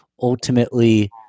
ultimately